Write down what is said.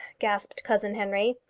gasped cousin henry.